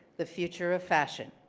the future of fashion.